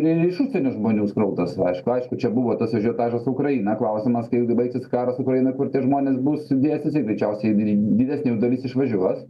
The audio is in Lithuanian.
ir iš užsienio žmonių srautas aišku aišku čia buvo tas ažiotažas ukraina klausimas kaip baigsis karas ukrainoj kur žmonės bus dėsis ir greičiausiai didesnė jų dalis išvažiuos